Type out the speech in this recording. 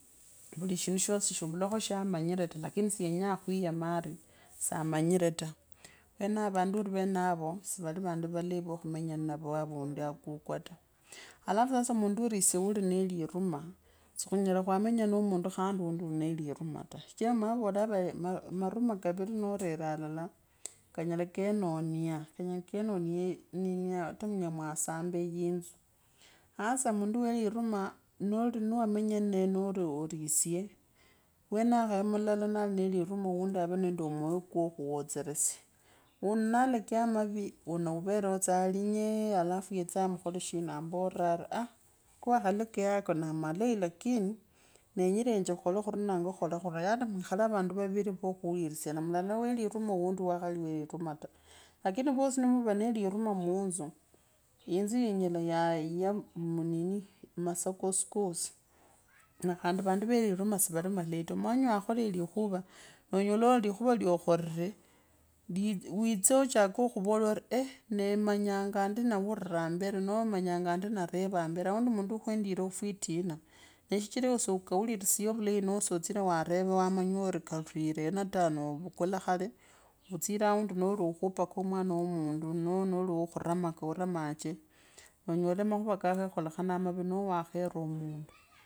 Vulishindu shosi shivulakho shamanyire ta lakini siyenyaa khwiyamne ari saa manyire ta, venavo vandu ori venavo si vale vandu valei vokhumenya navo avandu akukwaa ta halafu sasa mundu khuliesya ulinende liruma sikhunyela khwamenya na mundu khandi ulinende liruma ta, sichira vavoolavari maruma kaviri nu rere hulala kanyala kenonnia. kenonia nini ata munyela mwasambe yinzu sasa mundu we liruma noli nori ni wamenya nneye noli ore esye wenao kenyekhara mulala ulinonde livuma waouunde are no moyo kwokhusyeresya wuuno nalakaya amavi uno wauvereo tsa alinye halafu yetse amukholeshina amuvore ari a kawakhalikeya ake na amalei lakini nee nyirenie khuklolr khuri nangwa khurinangwa yaani mwikhale vandu vavili va kwirurisana mulale wee lirume oundi ukhali wee liruma ta, lakini vosi nimuva nee liruma munzu ymzu yinyela vasya munini mumasa kosikosi. na khandi vandu vetirume sivali valei ta, manye wuunyela wa khola likhuva nanyola ari likhuva lyokhoree lii witse khuvola ori. nee manyonga andi ambere nwa manyanga alindi nareva ambere alindi mundu uukhwendiree fwitina na sichira ewe sokurinsye vurei noo so tsire wareva wamanya ori kalulireena taa nwa vukhulakale utsire aundi norikhuupaka mwana wa mundu now nendi wakhuramaka uramache nwonyola makhuva kakhekholaka oavuvi nwo wakhera mundu.